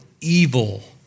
evil